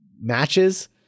matches